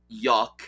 yuck